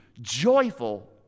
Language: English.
joyful